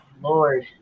Lord